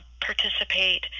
participate